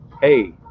hey